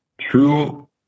true